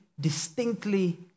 distinctly